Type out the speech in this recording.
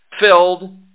filled